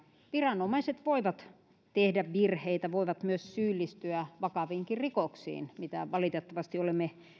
viranomaiset voivat tehdä virheitä voivat myös syyllistyä vakaviinkin rikoksiin mitä valitettavasti olemme